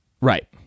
Right